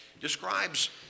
describes